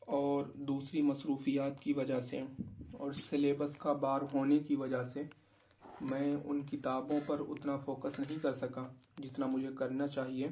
اور دوسری مصروفیات کی وجہ سے اور سلیبس کا بار ہونے کی وجہ سے میں ان کتابوں پر اتنا فوکس نہیں کر سکا جتنا مجھے کرنا چاہیے